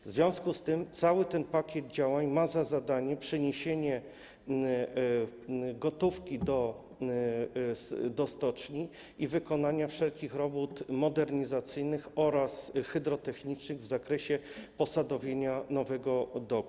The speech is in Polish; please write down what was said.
W związku z tym cały ten pakiet działań ma za zadanie przyniesienie gotówki do stoczni i wykonanie wszelkich robót modernizacyjnych oraz hydrotechnicznych w zakresie posadowienia nowego doku.